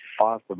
Awesome